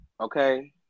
okay